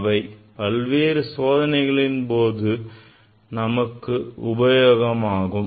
அவை பல்வேறு சோதனைகளின் போது நமக்கு உபயோகமாகும்